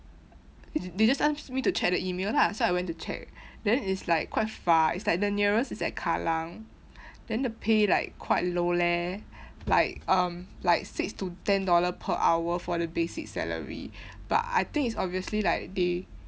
they just asked me to check the email lah so I went to check then it's like quite far it's like the nearest is at kallang then the pay like quite low leh like um like six to ten dollar per hour for the basic salary but I think it's obviously like they